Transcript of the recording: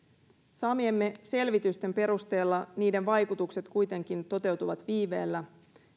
saamiemme selvitysten perusteella niiden vaikutukset kuitenkin toteutuvat viiveellä